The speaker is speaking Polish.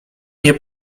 nie